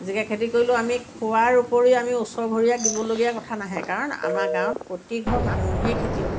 জিকা খেতি কৰিলেও আমি খোৱাৰ উপৰিও আমি ওচৰ ঘৰীয়াক দিবলগীয়া কথা নাহে কাৰণ আমাৰ গাঁৱৰ প্ৰতিঘৰ মানুহেই খেতিয়ক